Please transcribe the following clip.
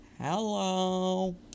hello